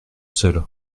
seule